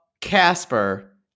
Casper